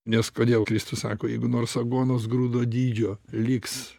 nes kodėl kristus sako jeigu nors aguonos grūdo dydžio liks